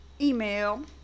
email